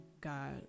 God